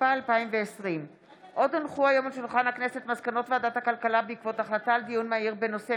התשפ"א 2020. מסקנות ועדת הכלכלה בעקבות דיון מהיר בהצעתם